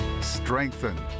strengthen